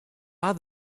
are